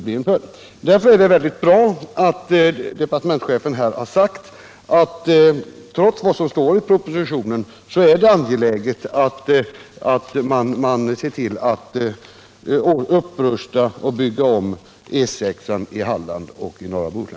Det är därför väldigt bra att departementschefen nu har sagt att det trots vad som står i propositionen är angeläget att se till att E6 i Halland och norra Bohuslän upprustas och byggs om.